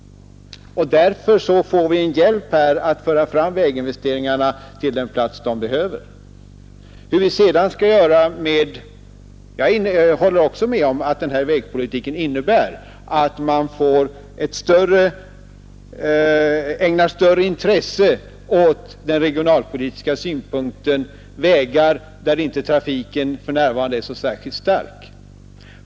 Här får vi en hjälp att föra fram väginvesteringarna till den plats de behöver ha. Jag håller också med om att den här vägpolitiken innebär att man ägnar större intresse åt den regionalpolitiska synpunkten på vägar där trafiken för närvarande inte är så särskilt stark.